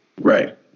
Right